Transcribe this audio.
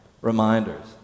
reminders